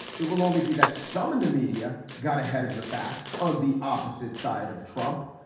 it will only be that some in the media got ahead of the facts on the opposite side of trump.